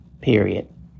Period